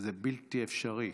זה בלתי אפשרי.